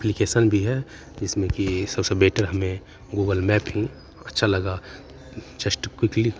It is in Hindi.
एप्लीकेशन भी है जिसमें की सबसे बेटर हमें गूगल मैप ही अच्छा लगा जस्ट क्विकली